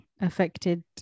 affected